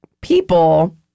people